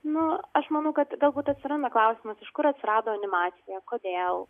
nu aš manau kad galbūt atsiranda klausimas iš kur atsirado animacija kodėl